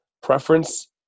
preference